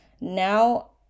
now